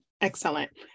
Excellent